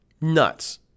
Nuts